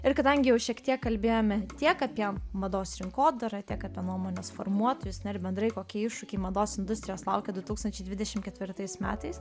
ir kadangi jau šiek tiek kalbėjome tiek apie mados rinkodarą tiek apie nuomonės formuotojus ir bendrai kokie iššūkiai mados industrijos laukia du tūkstančiai dvidešim ketvirtais metais